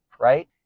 right